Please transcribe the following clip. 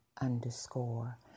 underscore